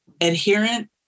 adherent